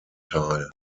teil